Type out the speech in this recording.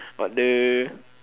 but the